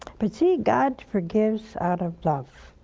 but see, god forgives out of love.